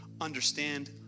Understand